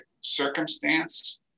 circumstance